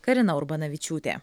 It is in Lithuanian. karina urbanavičiūtė